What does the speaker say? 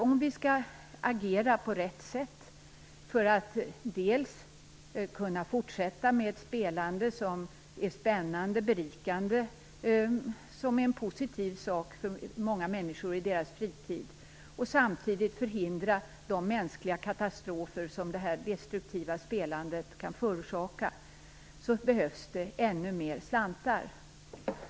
Om vi skall agera på rätt sätt för att kunna fortsätta med ett spelande som är spännande, berikande och en positiv sak för många människor i deras fritid och samtidigt förhindra de mänskliga katastrofer som det destruktiva spelandet kan förorsaka behövs det ännu mer slantar.